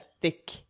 thick